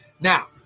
Now